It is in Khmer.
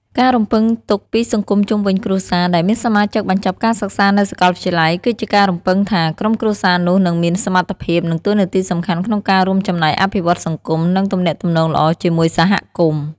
ការរំពឹងទុកពីសង្គមជុំវិញគ្រួសារដែលមានសមាជិកបញ្ចប់ការសិក្សានៅសាកលវិទ្យាល័យ គឺជាការរំពឹងថា ក្រុមគ្រួសារនោះនឹងមានសមត្ថភាព និងតួនាទីសំខាន់ក្នុងការរួមចំណែកអភិវឌ្ឍសង្គម និងទំនាក់ទំនងល្អជាមួយសហគមន៍។